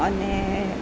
અને